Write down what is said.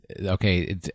okay